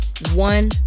one